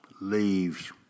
leaves